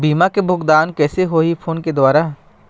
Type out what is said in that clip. बीमा के भुगतान कइसे होही फ़ोन के द्वारा?